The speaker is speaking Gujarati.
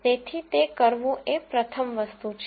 તેથી તે કરવું એ પ્રથમ વસ્તુ છે